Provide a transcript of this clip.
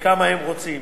וכמה הם רוצים.